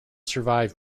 survive